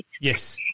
Yes